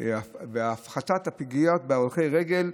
הפחתת הפגיעות בהולכי רגל,